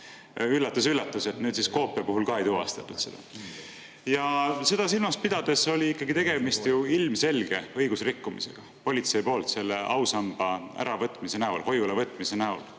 Üllatus-üllatus, et nüüd koopia puhul ka ei tuvastatud seda! Seda silmas pidades oli ikkagi tegemist ju ilmselge õigusrikkumisega politsei poolt selle ausamba äravõtmise näol, hoiulevõtmise näol.